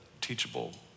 teachable